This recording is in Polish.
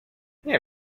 nie